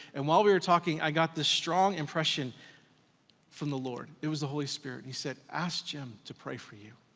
and while we were talking, i got this strong impression from the lord. it was the holy spirit, he said, ask jim to pray for you.